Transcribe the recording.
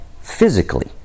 physically